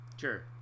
sure